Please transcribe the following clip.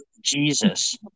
Jesus